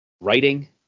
writing